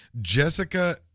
Jessica